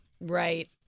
Right